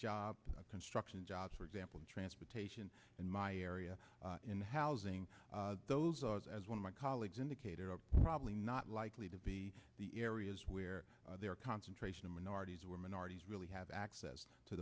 jobs construction jobs for example transportation in my area in housing those arts as one of my colleagues indicator are probably not likely to be the areas where there are concentration of minorities were minorities really have access to